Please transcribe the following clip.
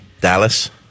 Dallas